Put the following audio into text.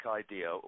idea